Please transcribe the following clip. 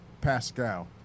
Pascal